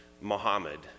Muhammad